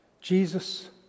Jesus